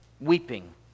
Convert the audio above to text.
weeping